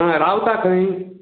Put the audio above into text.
आ रावता खंय